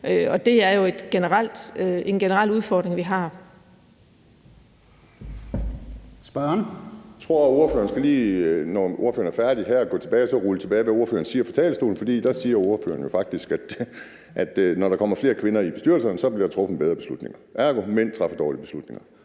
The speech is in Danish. Og det er jo en generel udfordring, vi har.